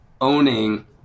owning